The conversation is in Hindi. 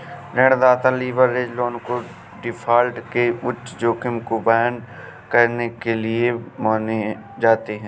ऋणदाता लीवरेज लोन को डिफ़ॉल्ट के उच्च जोखिम को वहन करने के लिए मानते हैं